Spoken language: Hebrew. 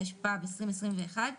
התשפ"ב-2021,